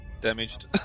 Damaged